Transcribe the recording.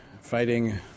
fighting